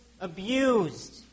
abused